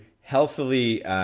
healthily